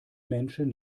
menschen